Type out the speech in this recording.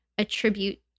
Attribute